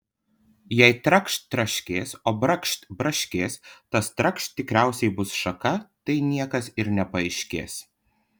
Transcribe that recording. jei trakšt traškės o brakšt braškės tas trakšt tikriausiai bus šaka tai niekas ir nepaaiškės